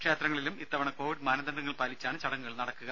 ക്ഷേത്രങ്ങളിലും ഇത്തവണ കോവിഡ് മാനദണ്ഡങ്ങൾ പാലിച്ചാണ് ചടങ്ങുകൾ നടക്കുക